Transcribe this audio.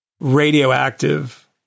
radioactive